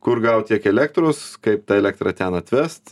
kur gaut tiek elektros kaip tą elektrą ten atvesti